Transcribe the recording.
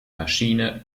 maschine